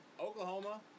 Oklahoma